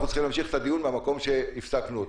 אני רוצה להבהיר: אנחנו נמשיך מהנקודה שבה הפסקנו.